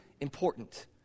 important